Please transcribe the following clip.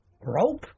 Rope